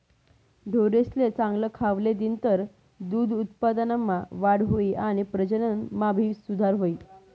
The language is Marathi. ढोरेसले चांगल खावले दिनतर दूध उत्पादनमा वाढ हुई आणि प्रजनन मा भी सुधार हुई